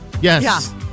Yes